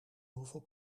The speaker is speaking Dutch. hoeveel